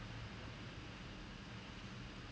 err the the difference